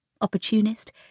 opportunist